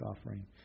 offering